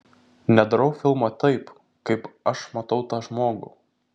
nedarau filmo taip kaip aš matau tą žmogų